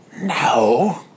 No